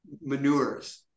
manures